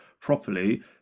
properly